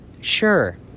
sure